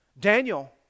Daniel